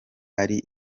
ari